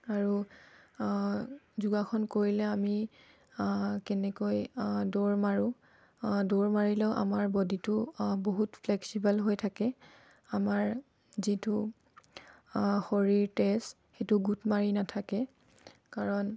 আৰু যোগাসন কৰিলে আমি কেনেকৈ দৌৰ মাৰোঁ দৌৰ মাৰিলেও আমাৰ বডিটো বহুত ফ্লেক্সিবল হৈ থাকে আমাৰ যিটো শৰীৰ তেজ সেইটো গোট মাৰি নাথাকে কাৰণ